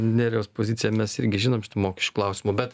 nerijaus poziciją mes irgi žinom šitų mokesčių klausimu bet